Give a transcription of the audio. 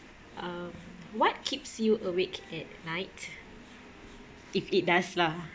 um what keeps you awake at night if it does lah